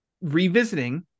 revisiting